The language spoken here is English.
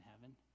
heaven